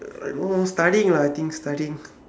uh oh studying lah I think studying